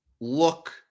look